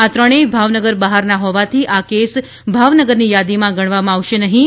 આ ત્રણેય ભાવનગર બહારના હોવાથી કેસ આ ભાવનગરની યાદીમાં ગણવામાં આવશે નહિં